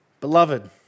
Beloved